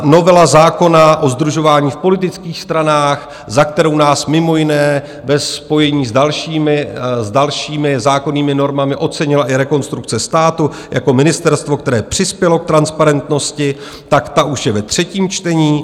Novela zákona o sdružování v politických stranách, za kterou nás mimo jiné ve spojení s dalšími zákonnými normami ocenila i Rekonstrukce státu jako ministerstvo, které přispělo k transparentnosti, tak ta už je ve třetím čtení.